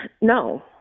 no